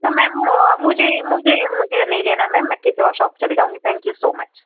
तो मैम मुझे मुझे मुझे यह नहीं लेना मैम किसी और शॉप चली जाऊँगी थैंक यू सो मच